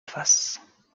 face